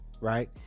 right